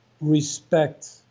Respect